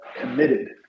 committed